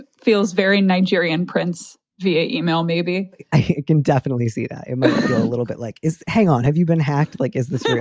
feels very nigerian prince via email maybe i can definitely see that a little bit like is. hang on. have you been hacked. like is this real.